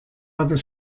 other